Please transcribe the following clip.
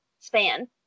span